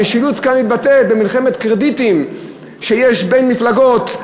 המשילות כאן מתבטאת במלחמת קרדיטים בין מפלגות,